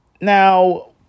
Now